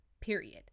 period